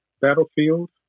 Battlefield